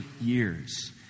years